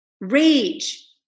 rage